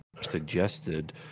suggested